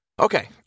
Okay